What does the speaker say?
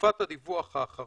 בתקופת הדיווח האחרון